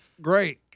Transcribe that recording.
great